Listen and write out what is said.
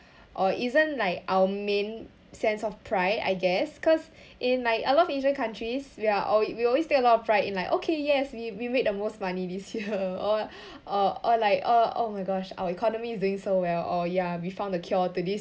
or isn't like our main sense of pride I guess cause in like a lot asian countries we are al~ we always take a lot of pride in like okay yes we made the most money this year or or like oh my gosh our economy is doing so well we found the cure to this